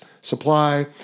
supply